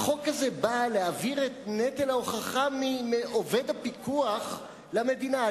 החוק הזה בא להעביר את נטל ההוכחה מעובד הפיקוח למדינה.